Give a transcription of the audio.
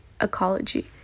Ecology